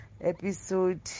episode